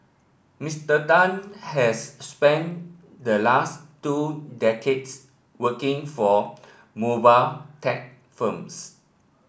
Mister Tan has spent the last two decades working for mobile tech firms